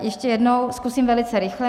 Ještě jednou, zkusím velice rychle.